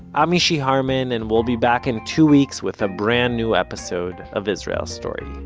i'm mishy harman, and we'll be back in two weeks with a brand new episode of israel story.